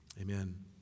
Amen